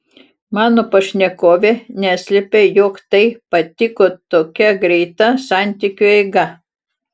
mano pašnekovė neslepia jog jai patiko tokia greita santykiu eiga